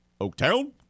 Oaktown